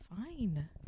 fine